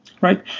right